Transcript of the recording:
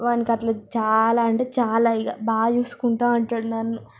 వానికి అట్ల చాలా అంటే చాలా ఇక బాగా చూసుకుంటూ ఉంటాడు నన్ను